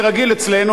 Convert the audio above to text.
כרגיל אצלנו,